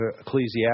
Ecclesiastes